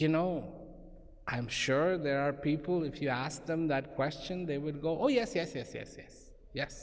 you know i am sure there are people if you asked them that question they would go yes yes yes yes yes